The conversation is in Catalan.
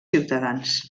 ciutadans